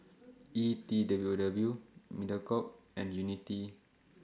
E T W W Mediacorp and Unity